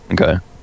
Okay